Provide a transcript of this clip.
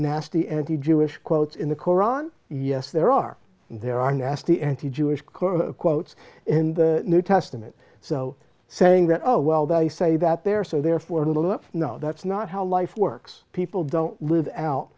nasty anti jewish quotes in the koran yes there are and there are nasty anti jewish girl quotes in the new testament so saying that oh well they say that they're so therefore lit up no that's not how life works people don't live out